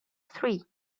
three